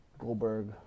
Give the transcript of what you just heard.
Goldberg